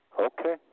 Okay